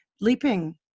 leaping